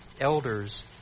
elders